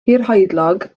hirhoedlog